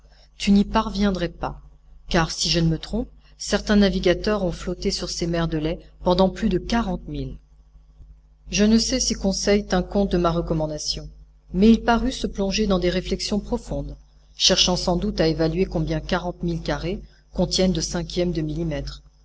tu n'y parviendrais pas car si je ne me trompe certains navigateurs ont flotté sur ces mers de lait pendant plus de quarante milles je ne sais si conseil tint compte de ma recommandation mais il parut se plonger dans des réflexions profondes cherchant sans doute à évaluer combien quarante milles carrés contiennent de cinquièmes de millimètres